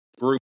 Group